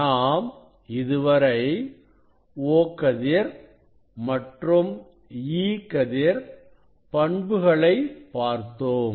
நாம் இதுவரை O கதிர் மற்றும் E கதிர் பண்புகளை பார்த்தோம்